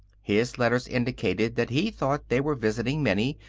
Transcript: his letters indicated that he thought they were visiting minnie,